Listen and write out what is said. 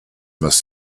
must